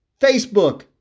Facebook